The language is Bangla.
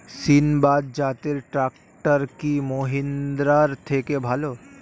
সিণবাদ জাতের ট্রাকটার কি মহিন্দ্রার থেকে ভালো?